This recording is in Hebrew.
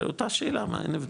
אותה שאלה אין הבדל,